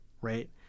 right